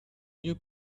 new